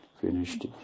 finished